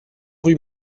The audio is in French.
rue